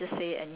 I